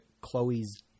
Chloe's